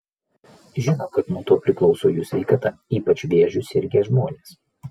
žino kad nuo to priklauso jų sveikata ypač vėžiu sirgę žmonės